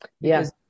yes